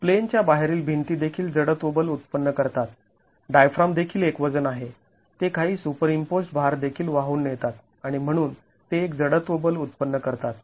प्लेनच्या बाहेरील भिंती देखील जडत्व बल उत्पन्न करतात डायफ्राम देखील एक वजन आहे ते काही सुपरइम्पोज्ड् भार देखील वाहून नेतात आणि म्हणून ते एक जडत्व बल उत्पन्न करतात